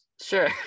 Sure